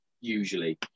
usually